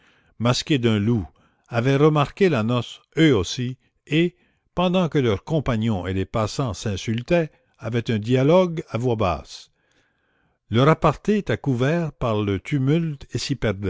masquée d'un loup avaient remarqué la noce eux aussi et pendant que leurs compagnons et les passants s'insultaient avaient un dialogue à voix basse leur aparté était couvert par le tumulte